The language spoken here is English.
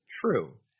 true